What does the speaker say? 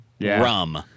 Rum